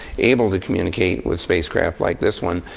able to communicate with spacecraft like this one,